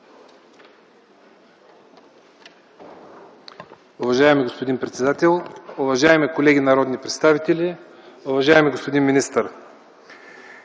Уважаеми господин председател, дами и господа народни представители, уважаеми господин министър!